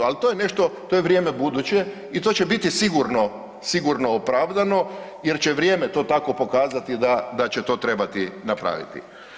Ali to je nešto, to je vrijeme buduće i to će biti sigurno opravdano jer će vrijeme to tako pokazati da će to trebati napraviti.